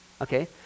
okay